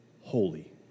holy